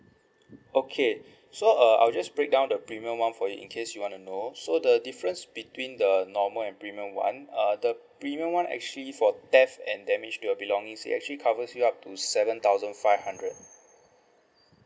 okay so uh I'll just break down the premium [one] for you in case you want to know so the difference between the normal and premium [one] uh the premium [one] actually for theft and damage to your belongings it actually covers you up to seven thousand five hundred